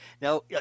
Now